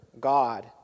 God